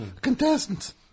Contestants